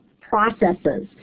processes